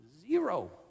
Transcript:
Zero